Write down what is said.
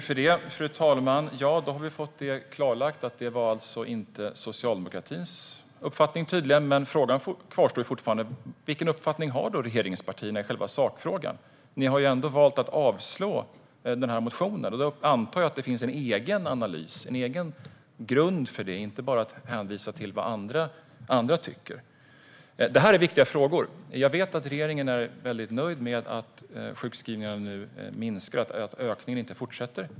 Fru talman! Ja, då har vi fått det klarlagt: Det var tydligen inte socialdemokratins uppfattning. Men frågan kvarstår fortfarande: Vilken uppfattning har regeringspartierna i själva sakfrågan? Ni har ändå valt att avstyrka denna motion. Då antar jag att det finns en egen analys och en egen grund för det. Det handlar inte bara om att hänvisa till vad andra tycker. Det här är viktiga frågor. Jag vet att regeringen är väldigt nöjd med att sjukskrivningarna nu minskar och att ökningen inte fortsätter.